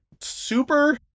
super